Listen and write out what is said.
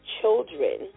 children